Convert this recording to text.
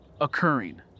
occurring